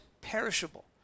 perishable